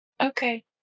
Okay